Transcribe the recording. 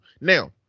Now